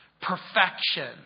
perfection